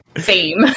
Fame